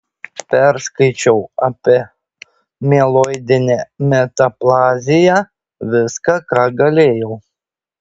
perskaičiau apie mieloidinę metaplaziją viską ką galėjau